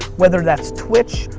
whether that's twitch,